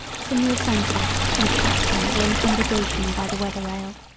senhor santos and the captain were in conversation by the weather rail.